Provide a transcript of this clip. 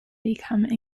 become